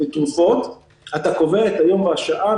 אתה קובע את היום והשעה,